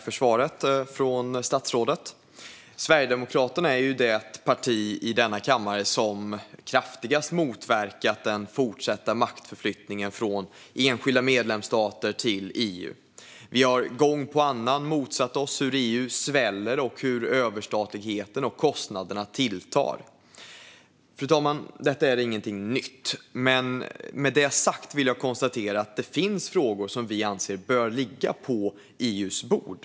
Fru talman! Tack, statsrådet, för svaret! Sverigedemokraterna är det parti i denna kammare som kraftigast har motverkat den fortsatta maktförflyttningen från enskilda medlemsstater till EU. Vi har gång efter annan motsatt oss hur EU sväller och hur överstatligheten och kostnaderna tilltar. Fru talman! Detta är ingenting nytt, men med det sagt vill jag konstatera att det finns frågor som vi anser bör ligga på EU:s bord.